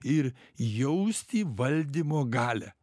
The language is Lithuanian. ir jausti valdymo galią